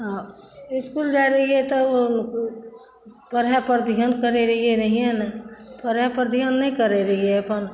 तऽ इसकुल जाइ रहियै तऽ पढ़यपर ध्यान करय रहियै नहिये ने पढ़यपर ध्यान नहि करय रहियै अपन